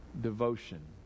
devotion